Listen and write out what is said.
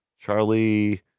Charlie